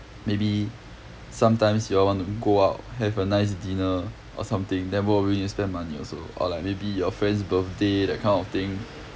maybe sometimes you all want to go out have a nice dinner or something then both of you need to spend money also or like maybe your friend's birthday that kind of thing